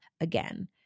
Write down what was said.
again